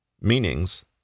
meanings